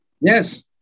Yes